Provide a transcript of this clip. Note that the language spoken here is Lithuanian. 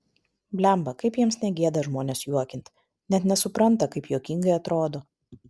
blemba kaip jiems negėda žmones juokint net nesupranta kaip juokingai atrodo